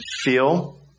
feel